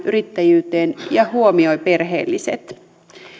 yrittäjyyteen ja huomioi perheelliset